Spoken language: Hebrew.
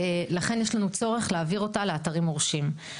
ולכן יש לנו צורך להעביר אותה לאתרים מורשים.